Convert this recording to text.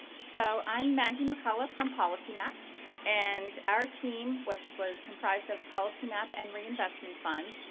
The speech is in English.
so i'm maggie mccullough from policymap and our team which was comprised of policymap and reinvestment fund,